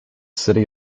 city